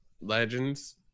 legends